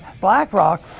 BlackRock